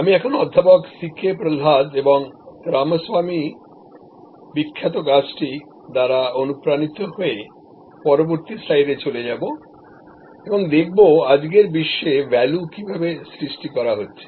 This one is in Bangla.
আমি এখন অধ্যাপক সি কে প্রহ্লাদ এবং রামস্বামীর বিখ্যাত কাজটি দ্বারা অনুপ্রাণিত হয়ে পরবর্তী স্লাইডে চলে যাব এবং দেখবআজকের বিশ্বে value কীভাবে সৃষ্টি করা হচ্ছে